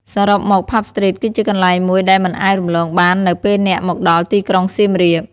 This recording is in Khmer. សរុបមក ផាប់ ស្ទ្រីត គឺជាកន្លែងមួយដែលមិនអាចរំលងបាននៅពេលអ្នកមកដល់ទីក្រុងសៀមរាប។